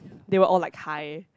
they were all like high